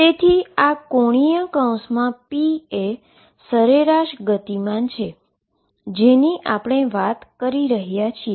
તેથી ⟨p⟩એ average momentum છે જેની આપણે વાત કરી રહ્યા છીએ